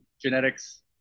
genetics